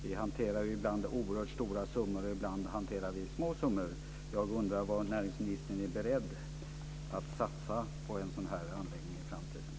Vi hanterar ju ibland oerhört stora summor, och ibland hanterar vi små summor. Jag undrar vad näringsministern är beredd att satsa på en sådan här anläggning i framtiden.